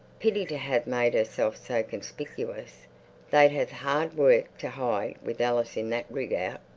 pity to have made herself so conspicuous they'd have hard work to hide with alice in that rig-out.